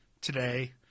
today